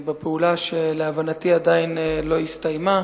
בפעולה שלהבנתי עדיין לא הסתיימה,